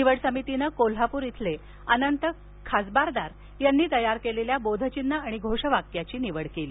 निवड समितीनं कोल्हापूर इथले अनंत खासबारदार यांनी तयार केलेल्या बोधचिन्ह आणि घोषवाक्याची निवड केली